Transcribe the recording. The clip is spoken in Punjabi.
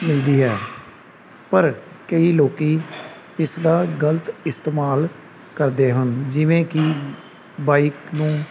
ਮਿਲਦੀ ਹੈ ਪਰ ਕਈ ਲੋਕ ਇਸ ਦਾ ਗਲਤ ਇਸਤੇਮਾਲ ਕਰਦੇ ਹਨ ਜਿਵੇਂ ਕਿ ਬਾਈਕ ਨੂੰ